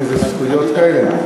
אין זכויות כאלה?